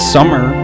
Summer